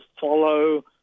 follow